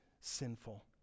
sinful